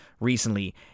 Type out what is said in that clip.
recently